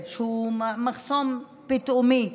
מחסום פתאומי,